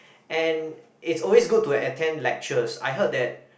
and it's always good to attend lectures I heard that